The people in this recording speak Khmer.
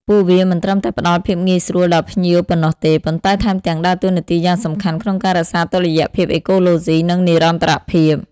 ពួកវាមិនត្រឹមតែផ្តល់ភាពងាយស្រួលដល់ភ្ញៀវប៉ុណ្ណោះទេ ប៉ុន្តែថែមទាំងដើរតួនាទីយ៉ាងសំខាន់ក្នុងការរក្សាតុល្យភាពអេកូឡូស៊ី និងនិរន្តរភាព។